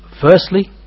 firstly